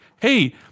Hey